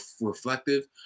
reflective